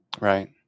Right